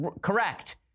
correct